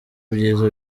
byiza